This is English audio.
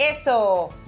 Eso